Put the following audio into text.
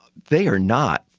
they are not,